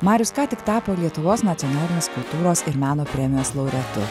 marius ką tik tapo lietuvos nacionalinės kultūros ir meno premijos laureatu